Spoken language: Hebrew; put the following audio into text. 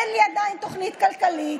אין לי עדיין תוכנית כלכלית.